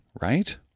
Right